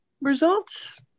results